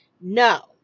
No